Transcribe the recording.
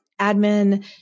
admin